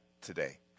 today